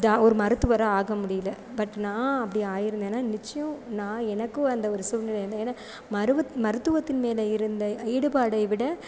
தா ஒரு மருத்துவராக ஆக முடியல பட் நான் அப்படி ஆகிருந்தேனா நிச்சயம் நான் எனக்கும் அந்த ஒரு சூழ்நிலையால் ஏன்னால் மருவத் மருத்துவத்தின் மேலே இருந்த ஈடுபாடை விட